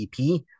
EP